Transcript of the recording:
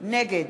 נגד